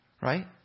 Right